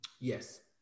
yes